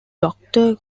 doctor